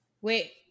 Wait